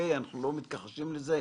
אנחנו לא מתכחשים לזה.